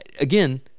Again